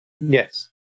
yes